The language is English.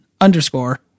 underscore